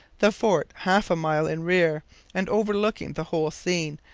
the fort, half a mile in rear and overlooking the whole scene,